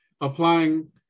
applying